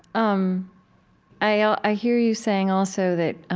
um i ah i hear you saying, also, that